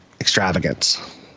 extravagance